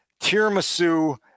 tiramisu